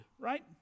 right